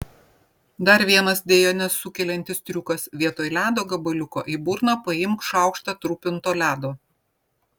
dar vienas dejones sukeliantis triukas vietoj ledo gabaliuko į burną paimk šaukštą trupinto ledo